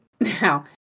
now